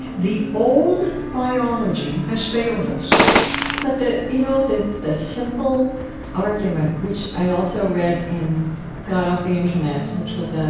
the old biology has failed us but the you know, the the simple argument, which i also read in got off the internet, which was ah